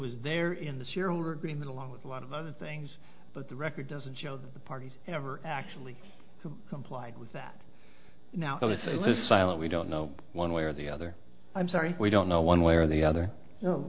was there in the shareholder agreement along with a lot of other things but the record doesn't show that the parties ever actually complied with that now honestly list silent we don't know one way or the other i'm sorry we don't know one way or the other